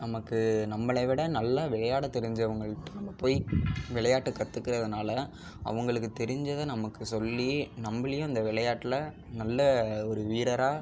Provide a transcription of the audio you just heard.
நமக்கு நம்பளை விட விளையாட தெரிஞ்சவங்கள்கிட்ட நம்ம போய் விளையாட்டு கற்றுக்குறதுனால அவங்களுக்கு தெரிஞ்சதை நமக்கு சொல்லி நம்பளையும் அந்த விளையாட்டுல நல்ல ஒரு வீரர்ராக